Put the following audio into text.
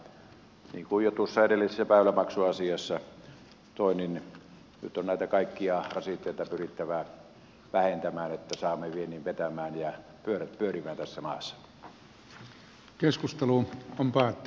niin kuin jo edellisessä väylämaksuasiassa toin niin nyt on kaikkia rasitteita pyrittävä vähentämään että saamme viennin vetämään ja pyörät pyörimään tässä maassa